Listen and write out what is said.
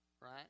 right